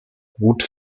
gut